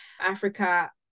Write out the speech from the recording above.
Africa